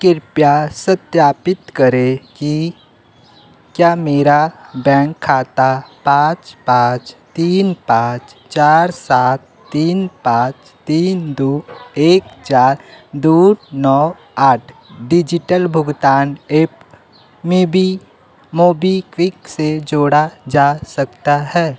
कृपया सत्यापित करें कि क्या मेरा बैंक खाता पाँच पाँच तीन पाँच चार सात तीन पाच तीन दो एक चार दो नौ आठ डिजिटल भुगतान ऐप में भी मोबिक्विक से जोड़ा जा सकता है